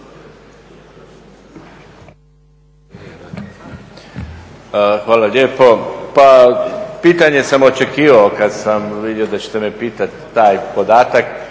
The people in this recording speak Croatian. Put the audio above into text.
Hvala lijepo. Pa pitanje sam očekivao kad sam vidio da ćete me pitati taj podatak